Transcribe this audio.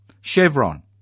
Chevron